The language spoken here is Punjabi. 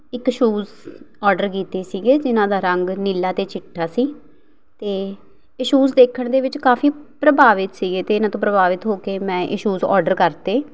ਇੱਕ ਸ਼ੂਜ਼ ਔਡਰ ਕੀਤੇ ਸੀਗੇ ਜਿਨ੍ਹਾਂ ਦਾ ਰੰਗ ਨੀਲਾ ਅਤੇ ਚਿੱਟਾ ਸੀ ਅਤੇ ਇਹ ਸੂਜ਼ ਦੇਖਣ ਦੇ ਵਿੱਚ ਕਾਫੀ ਪ੍ਰਭਾਵਿਤ ਸੀਗੇ ਅਤੇ ਇਹਨਾਂ ਤੋਂ ਪ੍ਰਭਾਵਿਤ ਹੋ ਕੇ ਮੈਂ ਇਹ ਸੂਜ਼ ਔਡਰ ਕਰਤੇ